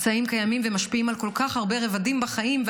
הפצעים קיימים ומשפיעים על כל כך הרבה רבדים בחיים.